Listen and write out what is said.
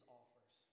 offers